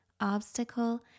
obstacle